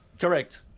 correct